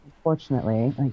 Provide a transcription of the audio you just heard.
unfortunately